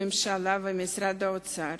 הממשלה ומשרד האוצר